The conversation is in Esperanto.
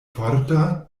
forta